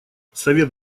совет